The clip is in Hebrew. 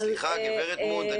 על --- גברת מונד,